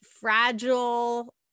fragile